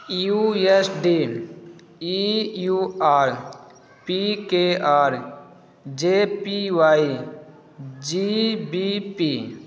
U S deal E U R P K R J P Y G B P